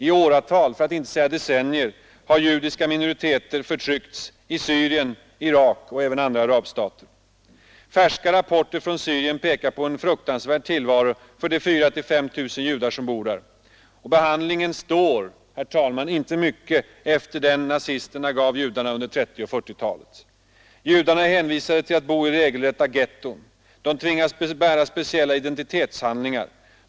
I åratal — för att inte säga i decennier — har judiska minoriteter förtryckts i Syrien och Irak och även i andra arabstater. Färska rapporter från Syrien pekar på en fruktansvärd tillvaro för de 4 000—5 000 judar som bor där. Behandlingen av dem står inte mycket efter den som nazisterna gav judarna under 1930 och 1940-talen. Judarna är hänvisade till att bo i regelrätta getton. De tvingas att bära speciella identitetshandlingar.